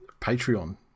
Patreon